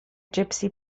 gypsy